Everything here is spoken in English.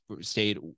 stayed